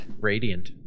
Radiant